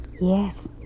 Yes